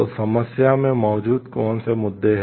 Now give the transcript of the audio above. तो समस्या में मौजूद कौन से मुद्दे हैं